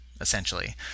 essentially